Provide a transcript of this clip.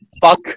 Fuck